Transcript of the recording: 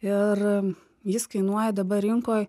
ir jis kainuoja dabar rinkoj